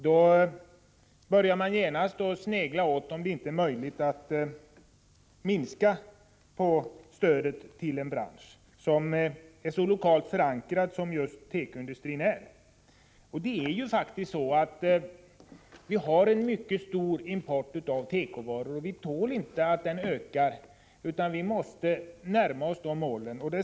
Då började man genast snegla åt eventuella möjligheter att minska på stödet till tekoindustrin, en bransch som är så lokalt förankrad. Vi har ju faktiskt en mycket stor import av tekovaror, och vi tål inte att den ökar, utan vi måste närma oss målen.